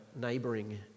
neighbouring